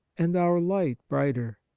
and our light brighter.